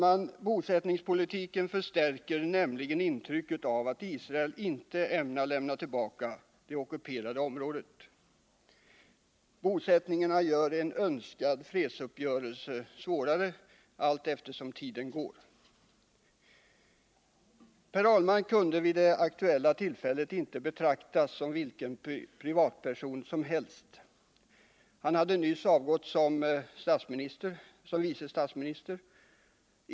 Bosättningspolitiken förstärker nämligen intrycket av att Israel inte ämnar lämna tillbaka det ockuperade området. Bosättningarna gör en önskad fredsuppgörelse svårare allteftersom tiden går. Per Ahlmark kunde vid det aktuella tillfället inte betraktas som vilken privatperson som helst. Han hade nyligen avgått som vice statsminister.